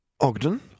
Ogden